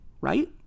right